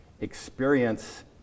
experience